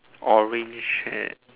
orange hat